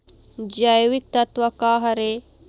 जैविकतत्व का हर ए?